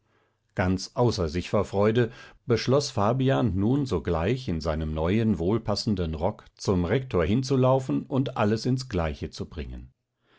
ganz außer sich vor freude beschloß fabian nun sogleich in seinem neuen wohlpassenden rock zum rektor hinzulaufen und alles ins gleiche zu bringen